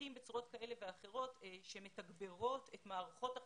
שליחים בצורות כאלה ואחרות שמתגברות את מערכות החינוך.